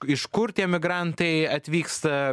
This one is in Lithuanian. iš kur tie migrantai atvyksta